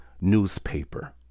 newspaper